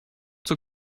zur